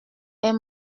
est